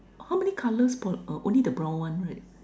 how many colors per uh only the brown one right